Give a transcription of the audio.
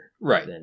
Right